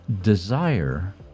desire